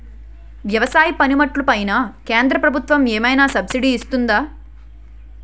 వ్యవసాయ పనిముట్లు పైన కేంద్రప్రభుత్వం ఏమైనా సబ్సిడీ ఇస్తుందా?